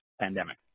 pandemic